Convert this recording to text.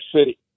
City